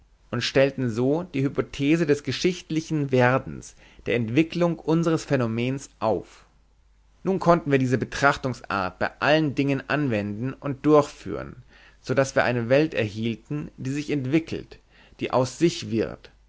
und stellten so die hypothese des geschichtlichen werdens der entwicklung unseres phänomens auf nun konnten wir diese betrachtungsart bei allen dingen anwenden und durchführen so daß wir eine welt erhielten die sich entwickelt die aus sich wird